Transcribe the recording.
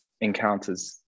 encounters